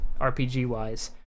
RPG-wise